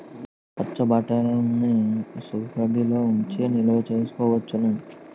పచ్చిబఠాణీలని ఇసుగెడ్డలలో ఉంచి నిలవ సేసుకోవచ్చును